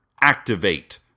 activate